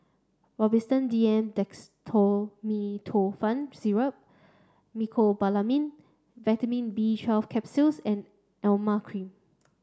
Robitussin D M Dextromethorphan Syrup Mecobalamin Vitamin B twelve Capsules and Emla Cream